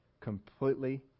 completely